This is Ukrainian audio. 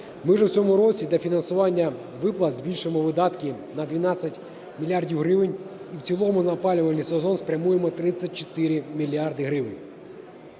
Ми ж у цьому році для фінансування виплат збільшимо видатки на 12 мільярдів гривень і в цілому на опалювальний сезон спрямуємо 34 мільярди